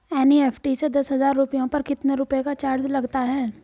NEFT से दस हजार रुपयों पर कितने रुपए का चार्ज लगता है?